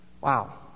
Wow